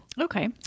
Okay